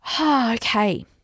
okay